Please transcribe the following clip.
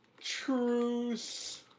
truce